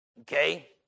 okay